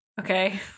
okay